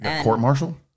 court-martial